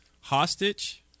Hostage